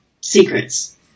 secrets